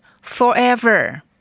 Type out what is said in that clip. forever